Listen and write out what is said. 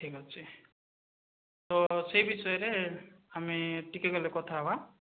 ଠିକ୍ ଅଛି ତ ସେଇ ବିଷୟରେ ଆମେ ଟିକେ ଗଲେ କଥା ହେବା